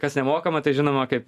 kas nemokama tai žinoma kaip